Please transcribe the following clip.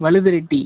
Valudhareddi